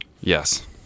Yes